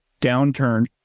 downturn